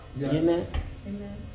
Amen